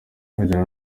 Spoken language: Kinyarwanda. kwinjira